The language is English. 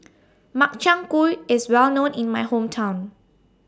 Makchang Gui IS Well known in My Hometown